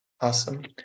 Awesome